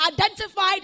identified